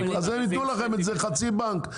אז הם ייתנו לכם חצי בנק,